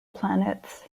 planets